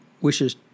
wishes